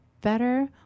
better